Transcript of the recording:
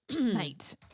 Mate